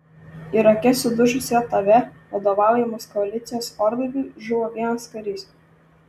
irake sudužus jav vadovaujamos koalicijos orlaiviui žuvo vienas karys